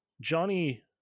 Johnny